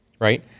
right